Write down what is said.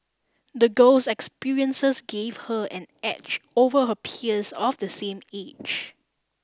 the girl's experiences gave her an edge over her peers of the same age